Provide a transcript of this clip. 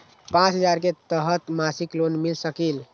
पाँच हजार के तहत मासिक लोन मिल सकील?